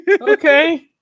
Okay